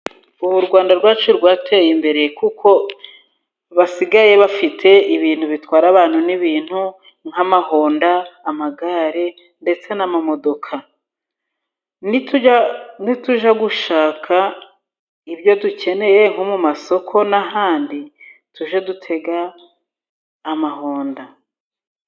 Ubu u Rwanda rwacu rwateye imbere kuko basigaye bafite ibintu bitwara abantu n'ibintu nk'amahonda, amagare, ndetse n'amamodoka. Ni tujya ni tujya gushaka ibyo dukeneye nko mu masoko n'ahandi, tujye dutega amahonda.